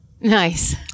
nice